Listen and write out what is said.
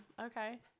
Okay